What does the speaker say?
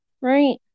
right